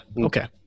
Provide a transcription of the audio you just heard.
okay